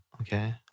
Okay